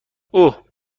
اوه